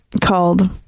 called